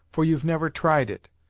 for you've never tried it.